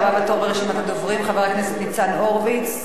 הבא בתור ברשימת הדוברים, חבר הכנסת ניצן הורוביץ.